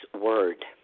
word